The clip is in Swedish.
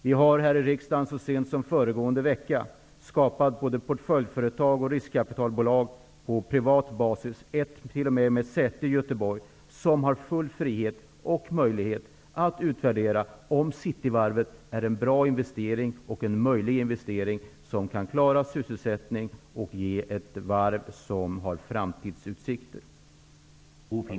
Så sent som i förra veckan beslutade riksdagen att skapa portföljföretag och riskkapitalbolag på privat basis -- ett skall t.o.m. ha sitt säte i Göteborg -- vilka skall ha full frihet och möjlighet att utvärdera om Cityvarvet är en bra och möjlig investering som kan klara sysselsättningen och skapa ett varv med framtidsutsikter.